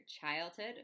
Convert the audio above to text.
childhood